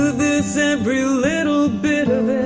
this every little bit of